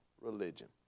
religion